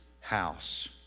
house